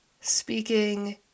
speaking